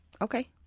Okay